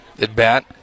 at-bat